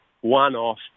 one-off